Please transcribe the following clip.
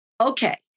okay